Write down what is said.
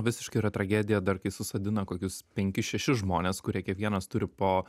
visiškai yra tragedija dar kai susodina kokius penkis šešis žmonės kurie kiekvienas turi po